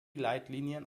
leitlinien